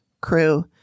crew